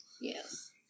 Yes